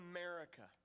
America